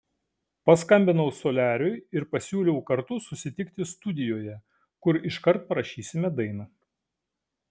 paskambinau soliariui ir pasiūliau kartu susitikti studijoje kur iškart parašysime dainą